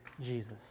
Jesus